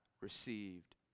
received